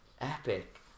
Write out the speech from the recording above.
epic